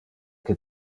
que